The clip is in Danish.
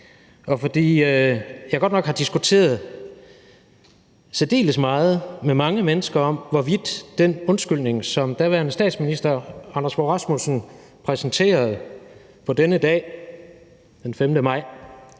og fordi jeg godt nok har diskuteret særdeles meget med mange mennesker om, hvorvidt den undskyldning, som daværende statsminister Anders Fogh Rasmussen præsenterede på denne dag, den 5. maj,